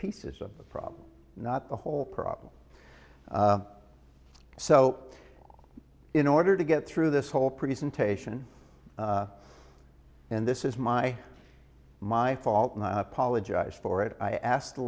pieces of the problem not the whole problem so in order to get through this whole presentation and this is my my fault and i apologize for it i asked